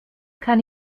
kann